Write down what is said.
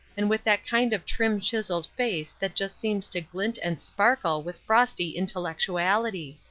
and with that kind of trim-chiseled face that just seems to glint and sparkle with frosty intellectuality!